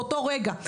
באותו הרגע.